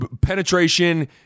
penetration